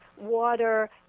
water